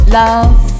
love